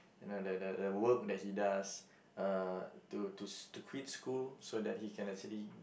and the the the the the work that he does uh to to to quit school so that he can actually